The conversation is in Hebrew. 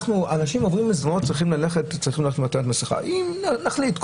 אנשים צריכים לעטות מסכה אם נחליט,